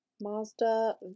Mazda